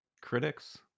critics